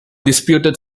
disputed